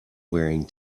wearing